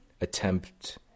attempt